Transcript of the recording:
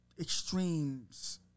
extremes